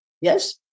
Yes